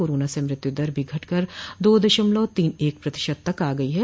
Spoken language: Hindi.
कोरोना से मृत्यु दर भी घटकर दो दशमलव तीन एक प्रतिशत तक आ गई है